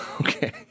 okay